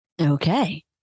Okay